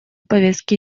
повестки